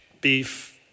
beef